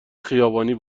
خیابانی